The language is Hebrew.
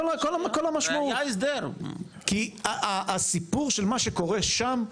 כולל כל המשמעות, כי הסיפור של מה שקורה שם,